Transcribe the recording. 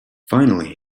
finally